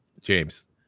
James